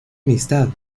amistad